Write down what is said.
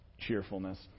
cheerfulness